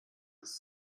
dass